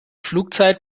flugzeit